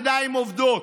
ידיים עובדות.